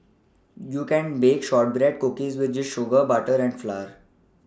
you can bake shortbread cookies with just sugar butter and flour